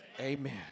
Amen